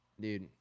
Dude